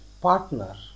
partner